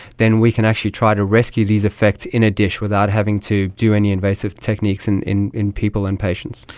then we can actually try to rescue these effects in a dish without having to do any invasive techniques and in in people and patients.